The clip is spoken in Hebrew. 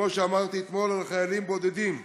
כמו שאמרתי אתמול על חייליים בודדים.